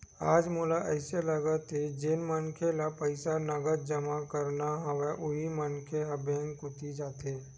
आज मोला अइसे लगथे जेन मनखे ल पईसा नगद जमा करना हवय उही मनखे ह बेंक कोती जाथे